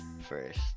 first